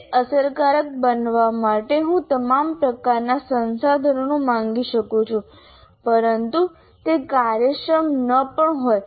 તે અસરકારક બનવા માટે હું તમામ પ્રકારના સંસાધનો માંગી શકું છું પરંતુ તે કાર્યક્ષમ ન પણ હોય